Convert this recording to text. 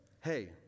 hey